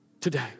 Today